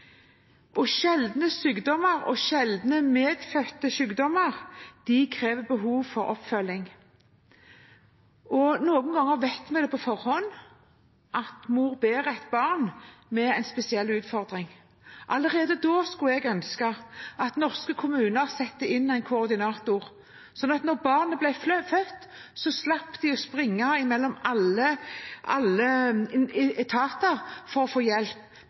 og sjeldne sykdommer og sjeldne medfødte sykdommer krever oppfølging. Noen ganger vet vi på forhånd at mor bærer et barn med en spesiell utfordring. Jeg skulle ønske at norske kommuner – allerede da – satte inn en koordinator, slik at når barnet ble født, slapp de å springe mellom alle etater for å få hjelp.